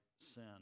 sin